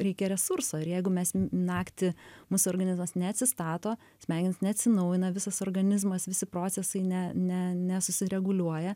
reikia resursų ar jeigu mes naktį mūsų organizmas neatsistato smegenys neatsinaujina visas organizmas visi procesai ne ne nesusireguliuoja